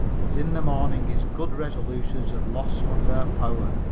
but in the morning his good resolutions had lost some of their power,